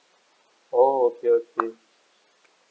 oh okay okay